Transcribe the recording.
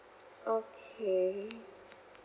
okay